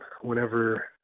whenever